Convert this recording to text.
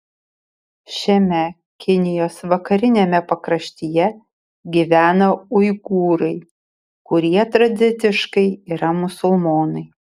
šiame kinijos vakariniame pakraštyje gyvena uigūrai kurie tradiciškai yra musulmonai